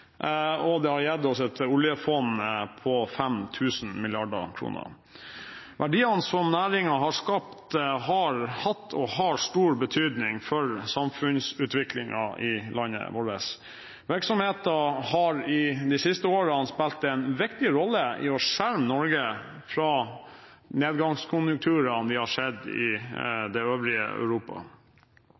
og det har gitt oss et oljefond på 5 000 mrd. kr. Verdiene som næringen har skapt, har hatt og har stor betydning for samfunnsutviklingen i landet vårt. Virksomheten har de siste årene spilt en viktig rolle i å skjerme Norge fra nedgangskonjunkturene vi har sett i det øvrige Europa.